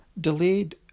delayed